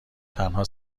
تنها